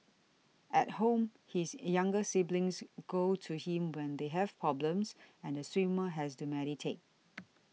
at home his younger siblings go to him when they have problems and the swimmer has to mediate